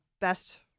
best